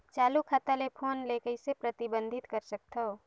चालू खाता ले फोन ले कइसे प्रतिबंधित कर सकथव?